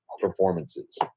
performances